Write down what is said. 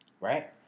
right